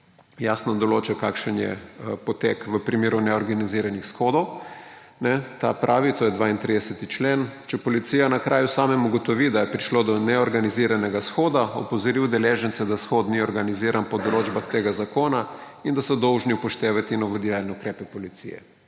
jasno določa, kakšen je potek v primeru neorganiziranih shodov, ta pravi, to je 32. člen, »če policija na kraju samem ugotovi, da je prišli do neorganiziranega shoda, opozori udeležence, da shod ni organiziran po določbah tega zakona in da so dolžni upoštevati navodila in ukrepe policije.«